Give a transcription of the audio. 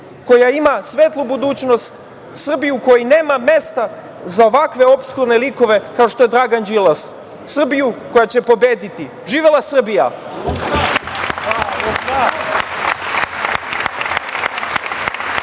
koja ima svetlu budućnost, Srbiju u kojoj nema mesta za ovakve opskurne likove kao što je Dragan Đilas, Srbiju koja će pobediti. Živela Srbija!